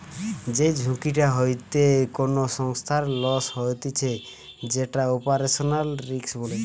যেই ঝুঁকিটা হইতে কোনো সংস্থার লস হতিছে যেটো অপারেশনাল রিস্ক বলে